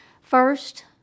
First